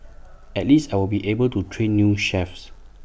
at least I'll be able to train new chefs